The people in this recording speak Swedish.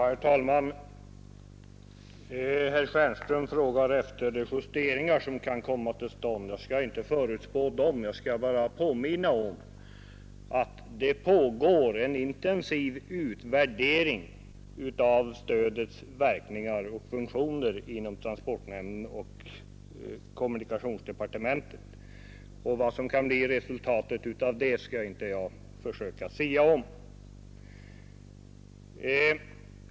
Herr talman! Herr Stjernström frågar efter de justeringar som kan komma till stånd. Jag skall inte förutspå dem utan vill bara påminna om att en intensiv utvärdering av stödets verkningar och funktioner pågår inom transportnämnden och kommunikationsdepartementet. Vad som kan bli resultatet av det skall jag inte försöka sia om.